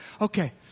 Okay